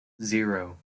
zero